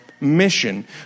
mission